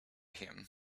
him